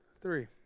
Three